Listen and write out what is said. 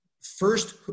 first